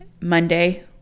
Monday